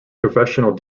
professional